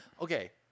Okay